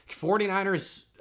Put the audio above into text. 49ers